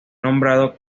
nombrado